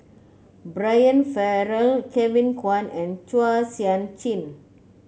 Brian Farrell Kevin Kwan and Chua Sian Chin